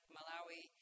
Malawi